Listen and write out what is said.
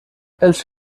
els